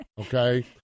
Okay